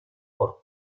por